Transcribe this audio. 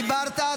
דיברת,